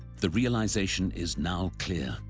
the realization is now clear,